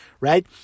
Right